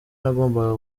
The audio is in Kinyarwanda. nagombaga